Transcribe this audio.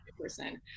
person